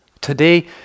Today